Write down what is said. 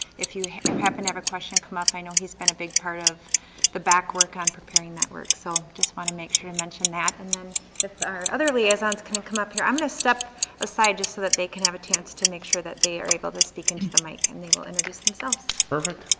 if you happen to have a question come up, i know he's been a big part of the back work on preparing that work. so i just want to make sure to mention that and then if our other liaisons can and come up here. i'm gonna step aside just so that they can have a chance to make sure that they are able to speak into the mic and they will introduce themselves. perfect,